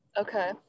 Okay